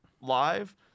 live